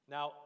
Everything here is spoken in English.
Now